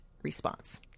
Response